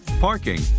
parking